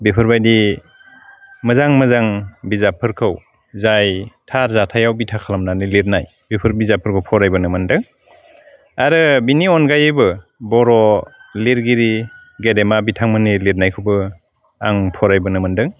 बेफोरबायदि मोजां मोजां बिजाबफोरखौ जाय थार जाथाइयाव बिथा खालामनानै लिरनाय बेफोर बिजाबफोरखौ फरायबोनो मोन्दों आरो बिनि अनगायैबो बर' लिरगिरि गेदेमा बिथांमोननि लिरनायखौबो आं फरायबोनो मोन्दों